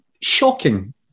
Shocking